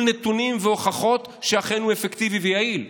נתונים והוכחות שאכן הוא אפקטיבי ויעיל.